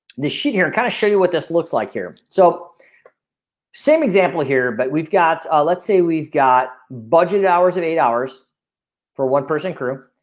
this? yeah here and kinda kind of show you what this looks like here so same example here but we've got ah let's say we've got budget hours and eight hours for one person crew.